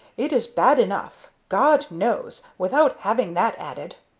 it is bad enough, god knows, without having that added!